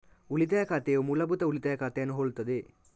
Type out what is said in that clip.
ಉಳಿತಾಯ ಖಾತೆಯು ಮೂಲಭೂತ ಉಳಿತಾಯ ಖಾತೆಯನ್ನು ಹೋಲುತ್ತದೆ